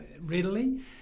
readily